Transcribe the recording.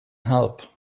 help